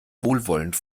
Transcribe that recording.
wohlwollend